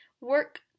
work